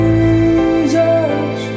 Jesus